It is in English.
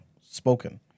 spoken